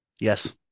Yes